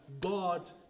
God